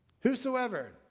Whosoever